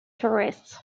tourists